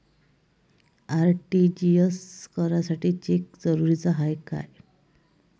RTGS करासाठी cheque जरुरीचा हाय काय?